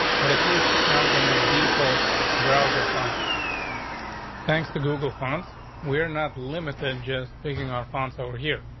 but at least it's not gonna be default browser fund family thanks to google, funds were not limited. just picking our funds over here.